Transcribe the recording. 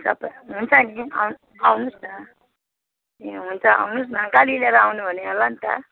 सबै हुन्छ एकदिन आउ आउनुहोस् न ए हुन्छ आउनुहोस् न गाडी लिएर आउनु हुने होला नि त